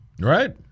Right